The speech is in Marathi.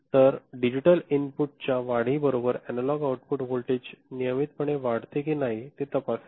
तर डिजिटल इनपुटच्या वाढीबरोबर अनालॉग आउटपुट व्होल्टेज नियमितपणे वाढते की नाही ते तपासेल